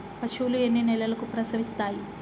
పశువులు ఎన్ని నెలలకు ప్రసవిస్తాయి?